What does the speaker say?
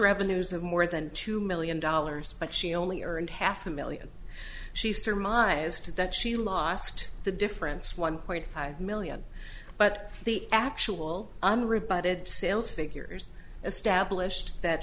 revenues of more than two million dollars but she only earned half a million she surmised that she lost the difference one point five million but the actual unrebutted sales figures established that